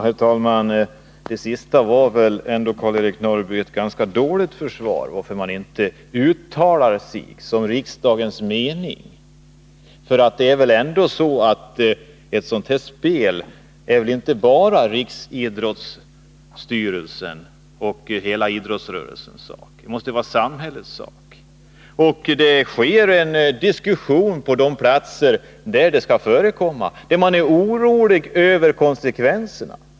Herr talman! Det sista var väl ändå, Karl-Erik Norrby, ett ganska dåligt försvar för detta att riksdagen inte uttalar sin mening. Något sådant som olympiska spel är väl inte bara riksidrottsstyrelsens och idrottsröreslens sak, utan det måste väl vara samhällets sak. Det pågår en diskussion på de platser där spelen skulle förekomma. Man är orolig över konsekvenserna.